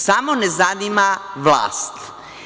Samo ne zanima vlast.